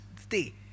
stay